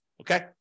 okay